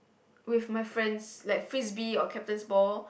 with my friends like frisbee or captain's ball